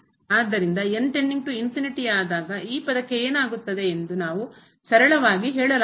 ಆದ್ದರಿಂದ ಆದಾಗ ಈ ಪದಕ್ಕೆ ಏನಾಗುತ್ತದೆ ಎಂದು ನಾವು ಸರಳವಾಗಿ ಹೇಳಲಾಗುವುದಿಲ್ಲ